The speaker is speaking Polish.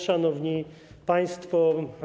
Szanowni Państwo!